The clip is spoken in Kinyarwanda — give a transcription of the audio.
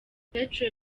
petr